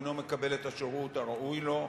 ובינתיים הציבור אינו מקבל את השירות הראוי לו,